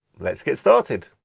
let's get started.